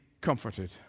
comforted